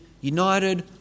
united